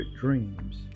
dreams